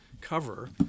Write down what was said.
cover